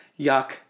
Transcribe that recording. yuck